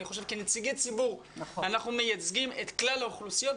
כנציגי ציבור אנחנו מייצגים את כלל האוכלוסיות,